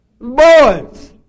Boys